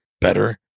better